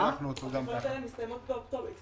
התקנות האלה כבר הסתיימו באוקטובר,